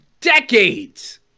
decades